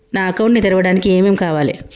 నా అకౌంట్ ని తెరవడానికి ఏం ఏం కావాలే?